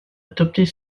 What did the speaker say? adopter